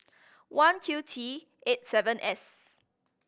one Q T eight seven S